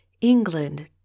England